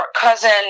cousin